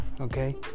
okay